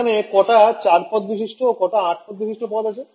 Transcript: এখানে কটা ৪ পদ বিশিষ্ট ও কটা ৮ পদ বিশিষ্ট আছে